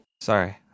Sorry